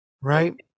right